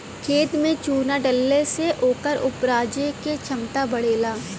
खेत में चुना डलला से ओकर उपराजे क क्षमता बढ़ेला